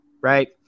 right